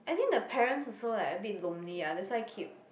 I think the parents also like a bit lonely ah that's why keep